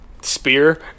spear